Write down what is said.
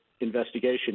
investigation